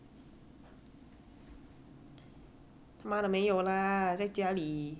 妈的没有 lah 在家里